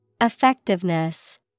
Effectiveness